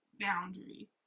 boundary